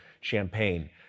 champagne